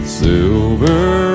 silver